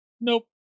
nope